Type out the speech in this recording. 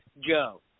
Joe